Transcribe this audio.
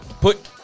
Put